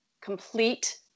complete